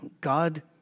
God